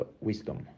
wisdom